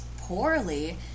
poorly